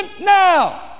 now